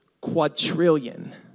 quadrillion